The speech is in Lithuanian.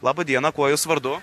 laba diena kuo jūs vardu